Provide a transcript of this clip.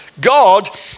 God